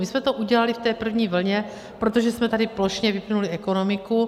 My jsme to udělali v první vlně, protože jsme tady plošně vypnuli ekonomiku.